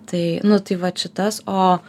tai nu tai va šitas o